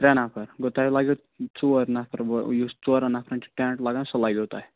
ترٛےٚ نفر گوٚو توہہِ لگوٕ ژور نفرٕ وول یُس ژورَن نفرَن چھُ ٹینٛٹ لَگان سُہ لَگوٕ توہہِ